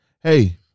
Hey